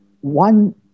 one